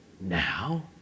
now